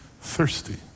thirsty